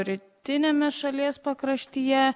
rytiniame šalies pakraštyje